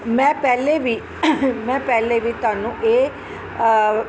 ਮੈਂ ਪਹਿਲਾਂ ਵੀ ਮੈਂ ਪਹਿਲਾਂ ਵੀ ਤੁਹਾਨੂੰ ਇਹ